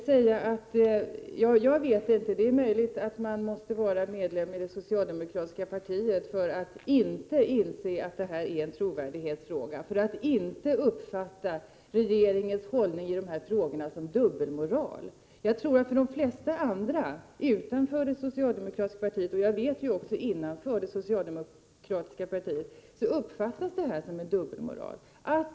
Fru talman! Det är möjligt att man måste vara medlem i det socialdemokratiska partiet för att inte inse att det här är en trovärdighetsfråga och för att inte uppfatta regeringens hållning som dubbelmoral. Jag tror att de flesta andra utanför det socialdemokratiska partiet och — det vet jag — även somliga inom det socialdemokratiska partiet uppfattar det här som dubbelmoral.